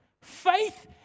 Faith